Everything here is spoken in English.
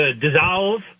dissolve